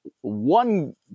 one